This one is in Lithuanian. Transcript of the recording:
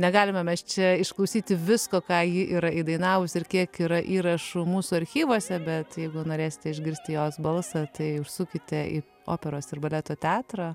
negalime mes čia išklausyti visko ką ji yra įdainavus ir kiek yra įrašų mūsų archyvuose bet jeigu norėsite išgirsti jos balsą tai užsukite į operos ir baleto teatrą